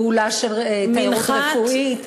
פעולה של תיירות רפואית?